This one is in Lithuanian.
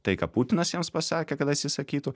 tai ką putinas jiems pasakė kad atsisakytų